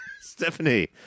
stephanie